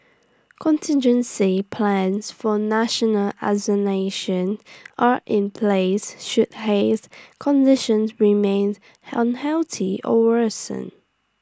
contingency plans for national as nation are in place should haze conditions remain unhealthy or worsen